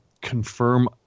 confirm